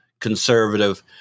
conservative